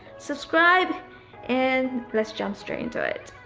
subscribe and let's jump straight into it.